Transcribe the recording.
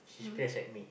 she splash at me